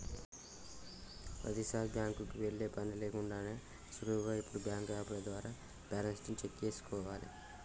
ప్రతీసారీ బ్యాంకుకి వెళ్ళే పని లేకుండానే సులువుగా ఇప్పుడు బ్యాంకు యాపుల ద్వారా బ్యాలెన్స్ ని చెక్ చేసుకోవాలే